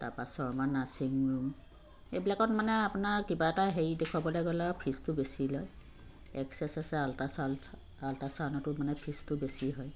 তাৰপাছৰ Sharma nursing room এইবিলাকত মানে আপোনাৰ কিবা এটা হেৰি দেখুৱাবলৈ গ'লে আৰু ফিজটো বেছি লয় এক্সে চেক্সে আল্ট্ৰা চাল্ট্ৰা আল্ট্ৰাচাউণ্ডতো মানে ফিজটো বেছি হয়